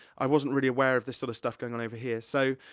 i wasn't really aware of this sort of stuff going on over here, so,